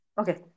Okay